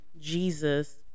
jesus